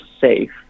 safe